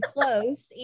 close